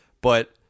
But-